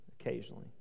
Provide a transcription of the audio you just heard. occasionally